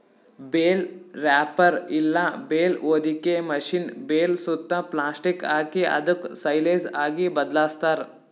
bale wrapper ಇಲ್ಲ bale ಹೊದಿಕೆ machine bale ಸುತ್ತಾ ಪ್ಲಾಸ್ಟಿಕ್ ಹಾಕಿ ಅದುಕ್ ಸೈಲೇಜ್ ಆಗಿ ಬದ್ಲಾಸ್ತಾರ್